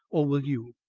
or will you?